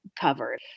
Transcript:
covered